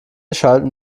schalten